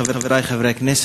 חברי חברי הכנסת,